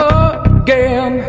again